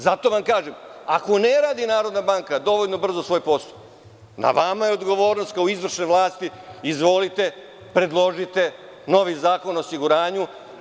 Zato vam kažem, ako ne radi Narodna banka dovoljno brzo svoj posao, na vama je odgovornost, kao izvršnoj vlasti – izvolite, predložite novi Zakon o osiguranju.